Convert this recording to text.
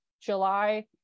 July